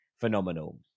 phenomenal